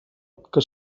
que